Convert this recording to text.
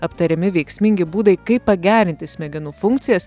aptariami veiksmingi būdai kaip pagerinti smegenų funkcijas